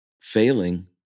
Failing